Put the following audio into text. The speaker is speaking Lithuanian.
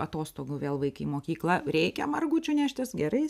atostogų vėl vaikai į mokyklą reikia margučių neštis gerai